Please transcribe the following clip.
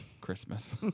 Christmas